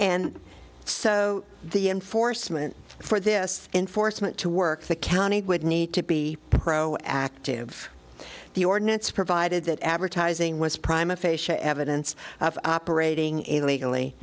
and so the enforcement for this enforcement to work the county would need to be pro active the ordinance provided that advertising was prime a facia evidence of operating illegally